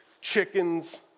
chickens